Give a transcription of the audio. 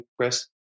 Chris